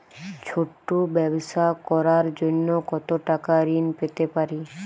ছোট ব্যাবসা করার জন্য কতো টাকা ঋন পেতে পারি?